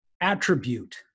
attribute